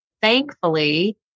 Thankfully